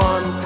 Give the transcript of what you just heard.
One